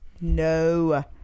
no